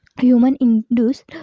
human-induced